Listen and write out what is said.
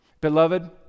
Beloved